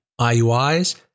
IUIs